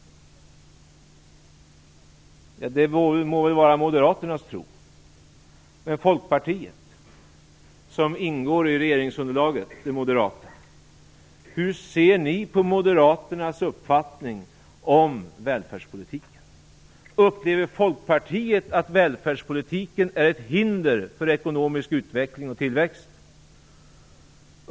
Det må vara Moderaternas tro. Hur ser ni i Folkpartiet, som ju ingår i regeringsunderlaget med Moderaterna, på Moderaternas uppfattning om välfärdspolitiken? Upplever Folkpartiet att välfärdspolitiken är ett hinder för ekonomisk utveckling och tillväxt?